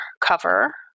cover